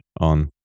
on